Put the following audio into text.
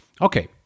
okay